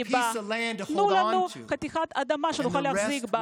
הוא שחזה: תנו לנו חתיכת אדמה שנוכל להחזיק בה,